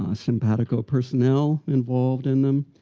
ah simpatico personnel involved in them.